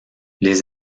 les